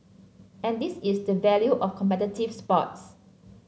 and this is the value of competitive sports